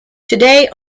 today